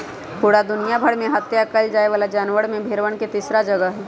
पूरा दुनिया भर में हत्या कइल जाये वाला जानवर में भेंड़वन के तीसरा जगह हई